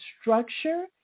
structure